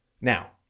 now